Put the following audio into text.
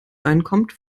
reinkommt